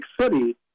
City